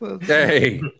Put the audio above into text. Hey